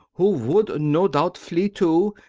who would, no doubt, flee too,